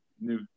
new